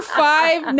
five